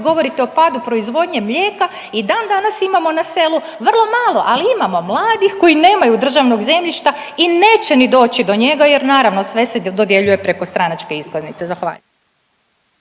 govorite o padu proizvodnje mlijeka i dan danas imamo na selu vrlo malo, ali imamo mladih koji nemaju državnog zemljišta i neće ni doći do njega jer naravno, sve se dodjeljuje preko stranačke iskaznice. Zahvaljujem.